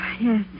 Yes